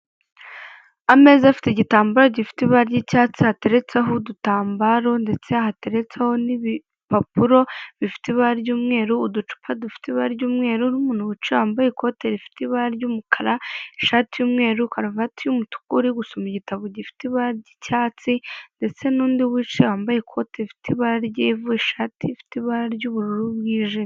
Ameza afite igitambaro gifite ibara ry'icyatsi, hateretseho udutambaro ndetse hatereretseho n'ibipapuro bifite ibara ry'umweru, uducupa dufite ibara ry'umweru n'umuntu wicaye wambaye ikote rifite ibara ry'umukara, ishati y'umweru, karuvati y'umutuku, uri gusoma igitabo gifite ibara ry'icyatsi ndetse n'undi wicaye wambaye ikote rifite ibara ry'ivu, ishati ifite ibara ry'ubururu bwijimye.